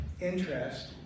interest